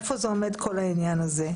איפה עומד כל העניין הזה?